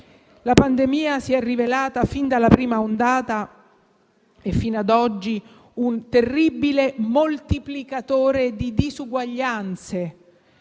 La pandemia si è rivelata fin dalla prima ondata e fino ad oggi un terribile moltiplicatore di disuguaglianze,